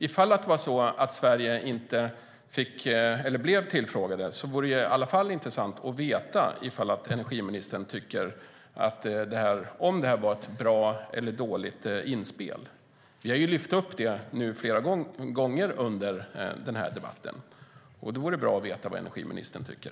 Ifall det var så att Sverige inte blev tillfrågat vore det ändå intressant att veta om energiministern tycker att det var ett bra eller dåligt inspel. Vi har lyft upp det fler gånger nu under debatten. Det vore bra att få veta vad energiministern tycker.